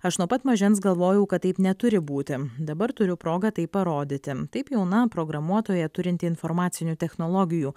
aš nuo pat mažens galvojau kad taip neturi būti dabar turiu progą tai parodyti taip jauna programuotoja turinti informacinių technologijų